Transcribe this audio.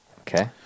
okay